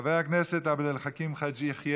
חבר הכנסת עבד אל חכים חאג' יחיא,